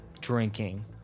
drinking